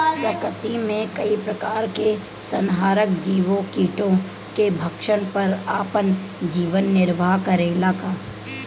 प्रकृति मे कई प्रकार के संहारक जीव कीटो के भक्षन कर आपन जीवन निरवाह करेला का?